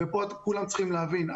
כולם צריכים להבין,